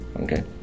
Okay